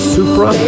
Supra